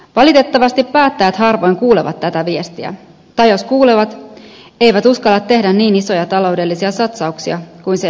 valitettavasti päättäjät harvoin kuulevat tätä viestiä tai jos kuulevat eivät uskalla tehdä niin isoja taloudellisia satsauksia kuin se edellyttäisi